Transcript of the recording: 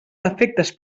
defectes